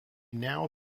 now